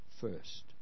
first